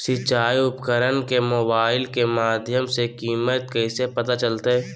सिंचाई उपकरण के मोबाइल के माध्यम से कीमत कैसे पता चलतय?